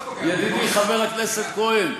ידידי, חבר הכנסת כהן: